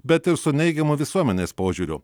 bet ir su neigiamu visuomenės požiūriu